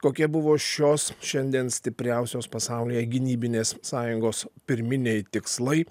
kokie buvo šios šiandien stipriausios pasaulyje gynybinės sąjungos pirminiai tikslai